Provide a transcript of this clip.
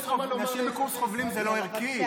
נשים בקורס חובלים זה לא ערכי?